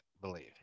believe